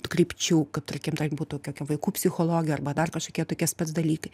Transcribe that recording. krypčių kaip tarkim ten būtų kokia vaikų psichologė arba dar kažkokie tokie spec dalykai